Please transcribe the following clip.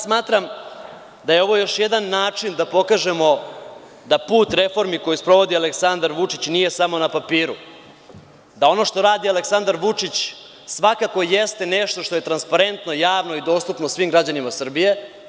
Smatram da je ovo još jedan način da pokažemo da put reformi koji sprovodi Aleksandar Vučić nije samo na papiru, da ono što radi Aleksandar Vučić svakako jeste nešto što je transparentno, javno i dostupno svim građanima Srbije.